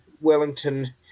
Wellington